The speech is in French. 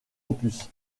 opus